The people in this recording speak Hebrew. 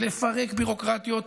לפרק ביורוקרטיות.